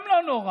גם לא נורא.